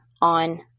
on